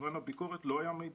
בזמן הביקורת לא היה מידע.